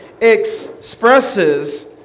expresses